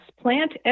plant